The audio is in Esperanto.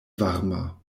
varma